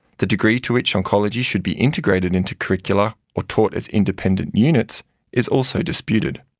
the degree to which oncology should be integrated into curricula or taught as independent units is also disputed.